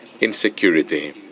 insecurity